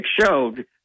showed